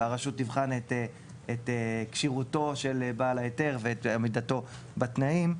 והרשות תבחן את כשירותו של בעל ההיתר ואת עמידתו בתנאים,